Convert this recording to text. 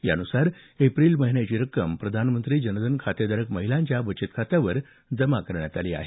यानुसार एप्रिल महिन्याची रक्कम प्रधानमंत्री जनधन खातेधारक महिलांच्या बचत खात्यावर जमा करण्यात आली आहे